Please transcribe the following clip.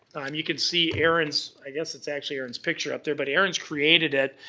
you can see erin's, i guess it's actually erin's picture up there, but erin's created it.